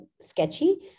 sketchy